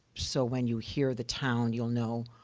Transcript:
so, when you hear the town, you'll know